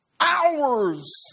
hours